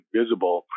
visible